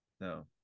no